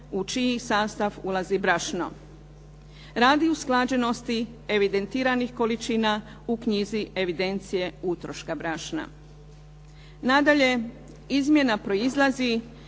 u čiji sastav ulazi brašno radi usklađenosti evidentiranih količina u knjizi evidencije utroška brašna. Nadalje, izmjena proizlazi